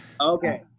Okay